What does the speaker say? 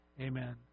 Amen